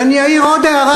ואני אעיר עוד הערה,